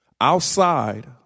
Outside